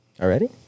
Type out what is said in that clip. already